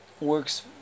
works